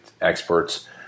experts